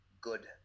good